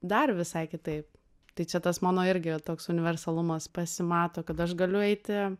dar visai kitaip tai čia tas mano irgi toks universalumas pasimato kad aš galiu eiti